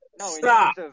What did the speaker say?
Stop